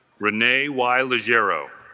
renee y. lazuero